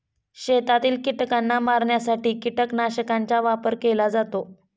शेतातील कीटकांना मारण्यासाठी कीटकनाशकांचा वापर केला जातो